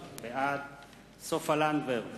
בעד סופה לנדבר,